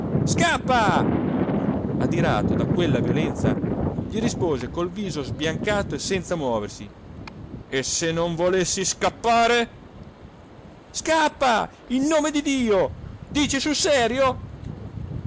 scappa adirato da quella violenza gli rispose col viso sbiancato e senza muoversi e se non volessi scappare scappa in nome di dio dici sul serio